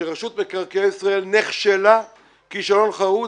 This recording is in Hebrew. שרשות מקרקעי ישראל נכשלה כישלון חרוץ